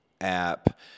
app